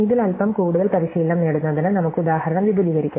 ഇതിൽ അൽപ്പം കൂടുതൽ പരിശീലനം നേടുന്നതിന് നമുക്ക് ഉദാഹരണം വിപുലീകരിക്കാം